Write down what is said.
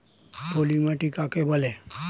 পলি মাটি কাকে বলে?